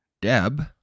Deb